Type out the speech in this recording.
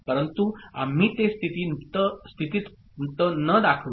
म्हणून आम्ही ते स्थिती त दाखविले